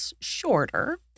shorter